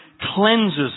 cleanses